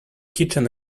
kitchen